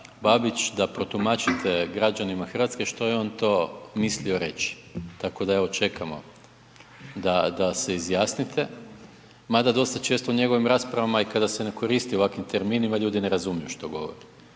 Babić da protumačite građanima Hrvatske što je on to mislio reći, tako da čekamo da se izjasnite. Mada dosta često u njegovim raspravama kada se ne koristi ovakvim terminima, ljudi ne razumiju što govore.